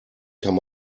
kann